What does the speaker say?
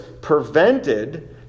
prevented